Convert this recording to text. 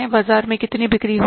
बाजार में कितनी बिक्री होगी